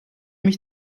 mich